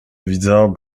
widzę